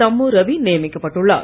தம்மு ரவி நியமிக்கப்பட்டுள்ளார்